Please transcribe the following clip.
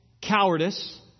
cowardice